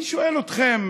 אני שואל אתכם.